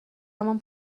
همان